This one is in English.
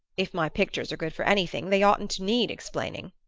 if my pictures are good for anything they oughtn't to need explaining.